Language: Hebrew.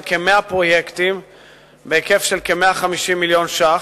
כ-100 פרויקטים בהיקף של כ-150 מיליון ש"ח,